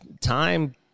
time